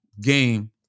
game